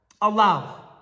Allah